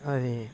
అది